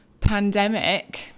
pandemic